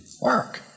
work